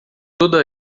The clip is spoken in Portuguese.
toda